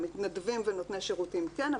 מתנדבים ונותני שירותים כן,